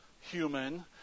human